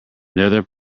nether